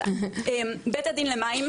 בית הדין למים,